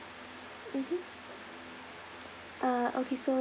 mmhmm uh okay so